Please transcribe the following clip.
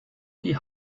die